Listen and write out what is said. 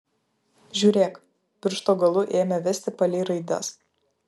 žiūrėk piršto galu ėmė vesti palei raides